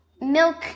Milk